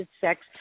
sex